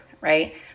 right